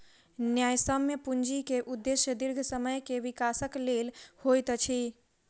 न्यायसम्य पूंजी के उदेश्य दीर्घ समय के विकासक लेल होइत अछि